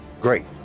great